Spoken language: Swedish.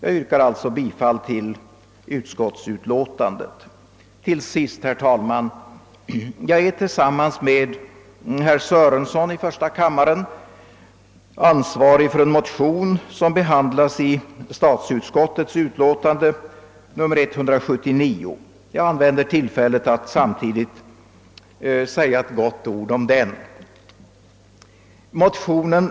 Jag yrkar alltså bifall till utskottets hemställan. Till sist, herr talman: Tillsammans med herr Sörenson i första kammaren är jag ansvarig för ett motionspar som behandlas i statsutskottets utlåtande nr 179. Jag använder tillfället att samtidigt fälla ett gott ord för dessa motioner.